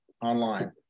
online